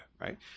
Right